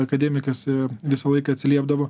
akademikas visą laiką atsiliepdavo